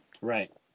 Right